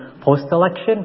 post-election